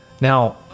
Now